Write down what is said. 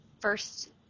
first